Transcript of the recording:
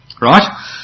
Right